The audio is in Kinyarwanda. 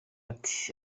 ati